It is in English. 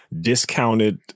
discounted